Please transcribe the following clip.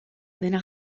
dena